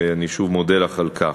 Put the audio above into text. ואני שוב מודה לך על הגשתה.